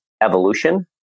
evolution